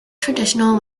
traditional